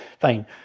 fine